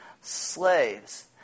slaves